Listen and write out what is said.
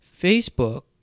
Facebook